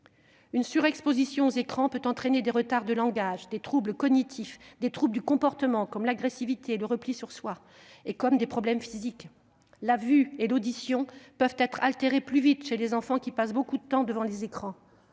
Une surexposition aux écrans peut entraîner des retards de langage, des troubles cognitifs, des troubles du comportement comme l'agressivité ou le repli sur soi, mais aussi des problèmes physiques : la vue et l'audition peuvent être altérées plus vite chez les enfants qui passent beaucoup de temps devant les écrans-